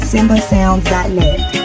SimbaSounds.net